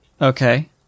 Okay